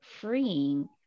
freeing